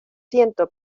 siento